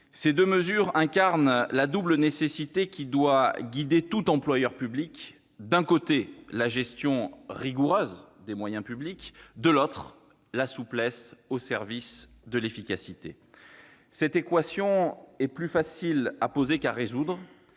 Ces deux mesures incarnent la double nécessité qui doit guider tout employeur public : d'un côté, la gestion rigoureuse des moyens publics ; de l'autre, la souplesse au service de l'efficacité. Cette équation est plus facile à poser qu'à résoudre,